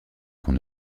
qu’on